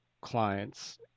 clients